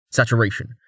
Saturation